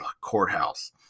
courthouse